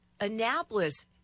Annapolis